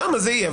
שם זה יהיה,